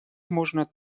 можно